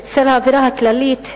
בצל האווירה הכללית,